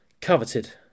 coveted